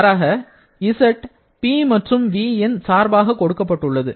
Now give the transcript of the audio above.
மாறாக z P மற்றும் v ன் சார்பாக கொடுக்கப்பட்டுள்ளது